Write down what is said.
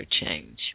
change